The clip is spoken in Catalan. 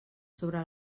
sobre